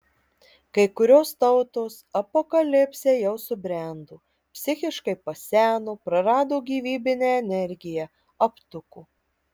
kai kurios tautos apokalipsei jau subrendo psichiškai paseno prarado gyvybinę energiją aptuko